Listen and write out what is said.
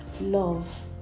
love